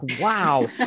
Wow